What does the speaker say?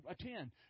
attend